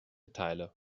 teile